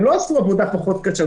הם לא עשו עבודה פחות קשה.